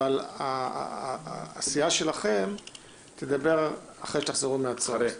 אבל הסיעה שלכם תדבר אחרי שתחזרו מהצום.